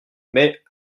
mais